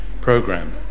Program